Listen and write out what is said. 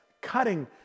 cutting